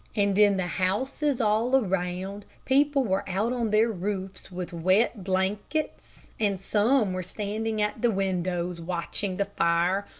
and in the houses all around, people were out on their roofs with wet blankets, and some were standing at the windows watching the fire,